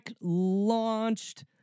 launched